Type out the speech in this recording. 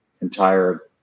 entire